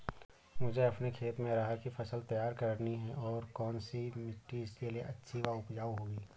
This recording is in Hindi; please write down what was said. मुझे अपने खेत में अरहर की फसल तैयार करनी है और कौन सी मिट्टी इसके लिए अच्छी व उपजाऊ होगी?